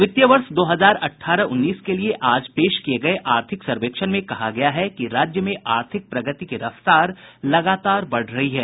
वित्तीय वर्ष दो हजार अठारह उन्नीस के लिए आज पेश किये गये आर्थिक सर्वेक्षण में कहा गया है कि राज्य में आर्थिक प्रगति की रफ्तार लगातार बढ़ रही है